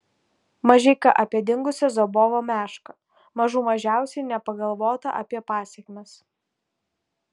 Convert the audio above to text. mažeika apie dingusią zobovo mešką mažų mažiausiai nepagalvota apie pasekmes